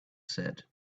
said